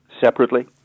separately